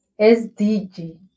SDG